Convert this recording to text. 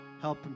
help